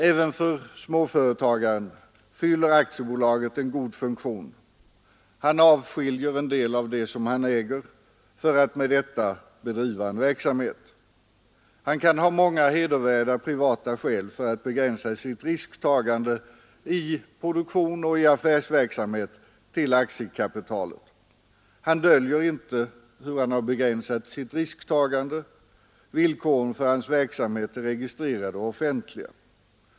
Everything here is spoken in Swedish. Även för småföretagaren fyller aktiebolaget en god funktion — han avskiljer en del av det han äger för att med detta bedriva en verksamhet. Han kan ha många hedervärda privata skäl för att begränsa sitt risktagande i produktion och i affärsverksamhet till aktiekapitalet. Han döljer inte hur han har begränsat sitt risktagande — villkoren för hans verksamhet är registrerade och offentliga.